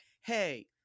hey